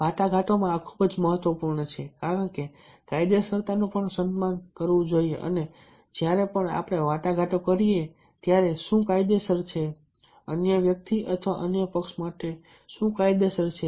વાટાઘાટોમાં આ ખૂબ જ મહત્વપૂર્ણ છે કારણ કે કાયદેસરતાનું પણ સન્માન કરવું જોઈએ અને જ્યારે પણ આપણે વાટાઘાટો કરીએ છીએ ત્યારે તે શું કાયદેસર છે અન્ય વ્યક્તિ અથવા અન્ય પક્ષ માટે શું કાયદેસર છે